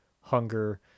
hunger